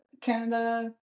canada